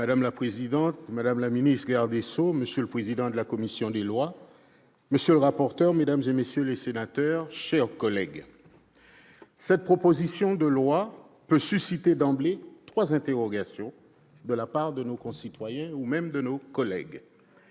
Madame la présidente, madame la garde des sceaux, monsieur le président de la commission des lois, monsieur le rapporteur, mes chers collègues, cette proposition de loi peut susciter d'emblée trois interrogations de la part de nos concitoyens ou même de nos collègues